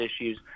issues